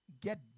get